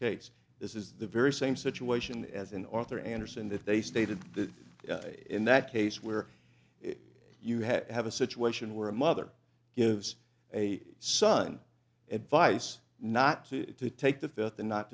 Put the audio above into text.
case this is the very same situation as an author anderson that they stated the guy in that case where you have a situation where a mother gives a son advice not to take the fifth the not